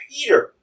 Peter